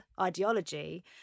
ideology